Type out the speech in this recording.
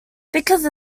because